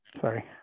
Sorry